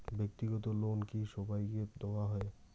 ব্যাক্তিগত লোন কি সবাইকে দেওয়া হয়?